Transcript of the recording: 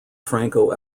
franco